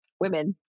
women